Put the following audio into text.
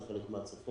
שהיא חלק מהצפון,